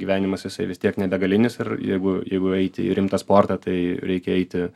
gyvenimas jisai vis tiek nebegalinis ir jeigu jeigu eiti į rimtą sportą tai reikia eiti